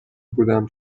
بودم